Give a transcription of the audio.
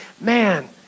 man